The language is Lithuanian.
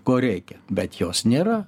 ko reikia bet jos nėra